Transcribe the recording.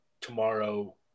tomorrow